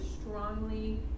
strongly